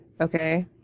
okay